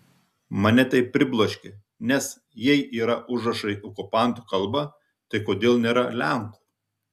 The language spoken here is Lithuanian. mane tai pribloškė nes jei yra užrašai okupantų kalba tai kodėl nėra lenkų